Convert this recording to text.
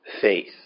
faith